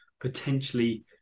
potentially